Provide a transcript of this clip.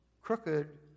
crooked